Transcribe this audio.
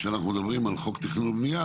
כשאנחנו מדברים על חוק תכנון ובנייה,